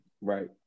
Right